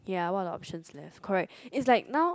ya what are the options left correct is like now